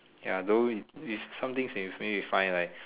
ya though is something is safe is fine right